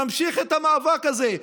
נמשיך את המאבק הזה.